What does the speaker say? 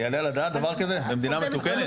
היעלה על הדעת דבר כזה במדינה מתוקנת?